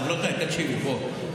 חברותיי, תקשיבו.